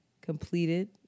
completed